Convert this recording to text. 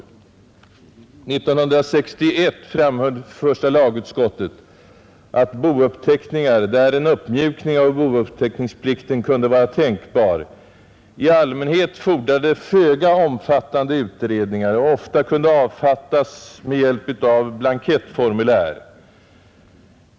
År 1961 framhöll första lagutskottet att bouppteckningar, där en uppmjukning av bouppteckningsplikten kunde vara tänkbar, i allmänhet fordrar föga omfattande utredningar och ofta kunde avfattas med hjälp av blankettformulär.